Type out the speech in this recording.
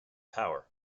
power